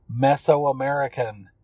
Mesoamerican